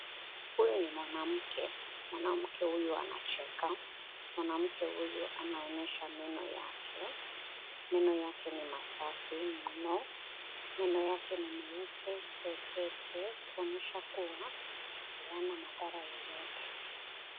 Huyo ni mwanamke, Mwanamke huyo anacheka. Mwanamke huyo anaonyesha meno yake. Meno yake ni masafi mno. Meno yake ni meupe pepepe kuonyesha kuwa hayana madhara yoyote.